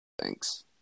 Thanks